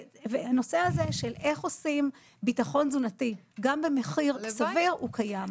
הנושא של איך עושים ביטחון תזונתי במחיר סביר הוא קיים.